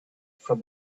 from